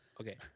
Okay